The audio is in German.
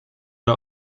der